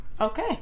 okay